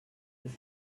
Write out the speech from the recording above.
deux